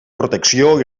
protecció